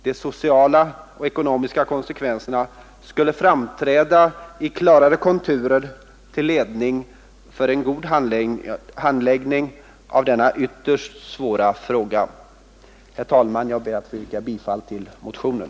De sociala och ekonomiska konsekvenserna skulle framträda med klarare konturer till ledning för en god handläggning av denna ytterst svåra fråga. Herr talman! Jag ber att få yrka bifall till motionen.